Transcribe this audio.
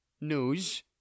news